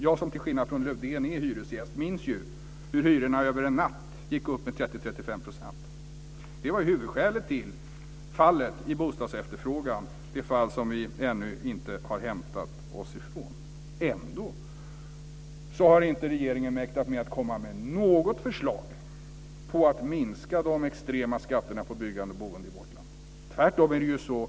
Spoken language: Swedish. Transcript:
Jag som, till skillnad från Lövdén, är hyresgäst minns hur hyrorna över en natt gick upp med 30-35 %. Det var huvudskälet till fallet i bostadsefterfrågan, det fall som vi ännu inte har hämtat oss från. Ändå har regeringen inte mäktat med att komma med något förslag om att minska de extrema skatterna på byggande och boende i vårt land. Det är tvärtom.